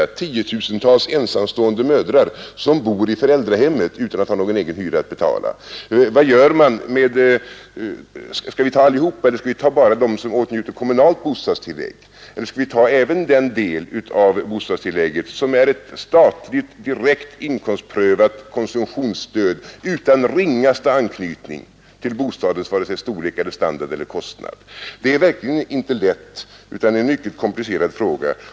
Det finns tiotusentals ensamstående mödrar som bor i föräldrahemmet utan att ha någon egen hyra att betala. Skall vi räkna med alla eller bara med dem som åtnjuter kommunalt bostadstillägg? Eller skall vi räkna även med den del av bostadstillägget som är ett statligt, direkt inkomstprövat konsumtionsstöd utan ringaste anknytning till bostadens vare sig storlek, standard eller kostnad? Detta är verkligen inte lätt, utan det är en mycket komplicerad fråga.